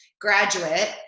graduate